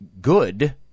good